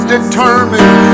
Determined